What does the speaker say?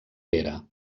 pere